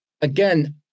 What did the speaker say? Again